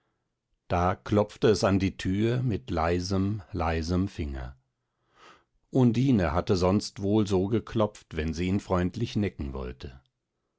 da klopfte es an die tür mit leisem leisem finger undine hatte sonst wohl so geklopft wenn sie ihn freundlich necken wollte